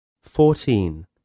fourteen